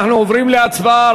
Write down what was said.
אנחנו עוברים להצבעה.